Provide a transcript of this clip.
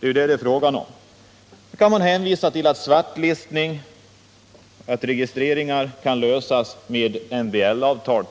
Man kan givetvis hänvisa till att frågor som rör svartlistning och registrering skall lösas exempelvis med MBL-avtal.